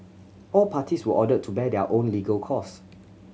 all parties were ordered to bear their own legal cost